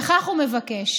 וכך הוא מבקש: